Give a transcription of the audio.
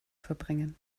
verbringen